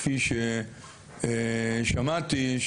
כפי ששמעתי,